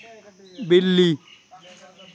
बिल्ली